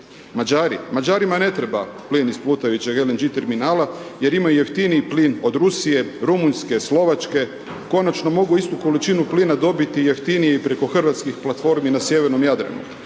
Mađari? Mađarima ne treba plin iz plutajućeg LNG terminala jer imaju jeftiniji plin od Rusije, Rumunjske, Slovačke, konačno mogu istu količinu plina dobiti jeftinije i preko hrvatskih platformi na sjevernom Jadranu.